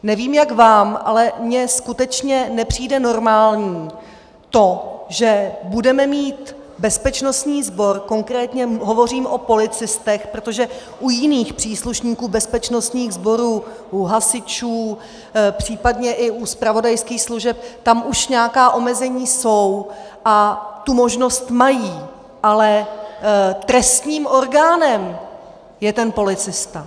Nevím, jak vám, ale mně skutečně nepřijde normální to, že budeme mít bezpečnostní sbor, konkrétně hovořím o policistech, protože u jiných příslušníků bezpečnostních sborů, u hasičů, případně i u zpravodajských služeb, tam už nějaká omezení jsou a tu možnost mají, ale trestním orgánem je ten policista.